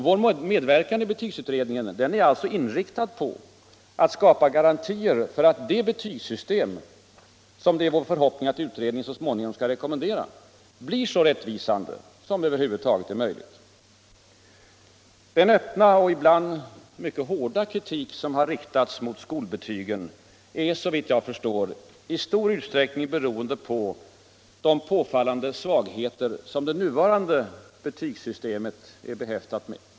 Vår medverkan i betygsutredningen är alltså inriktad på att skapa garantier för att det betygssystem, som det är vår förhoppning att utredningen så småningom skall rekommendera, blir så rättvisande som över huvud taget är möjligt. Den öppna och ibland mycket hårda kritik som har riktats mot skolbetygen beror, såvitt jag förstår, i stor utsträckning på de påfallande svagheter som det nuvarande betygssystemet är behäftat med.